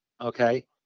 Okay